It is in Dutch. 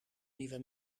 nieuwe